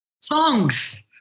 Songs